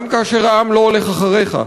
גם כאשר העם לא הולך אחריך,